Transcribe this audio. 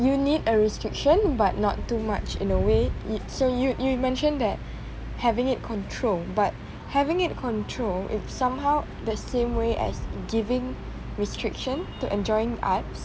you need a restriction but not too much in a way it so you you mentioned that having it controlled but having it controlled it somehow the same way as giving restriction to enjoying arts